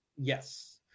yes